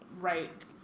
right